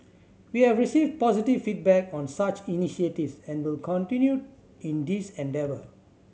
we have received positive feedback on such initiatives and will continue in this endeavour